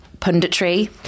punditry